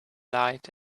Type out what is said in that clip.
light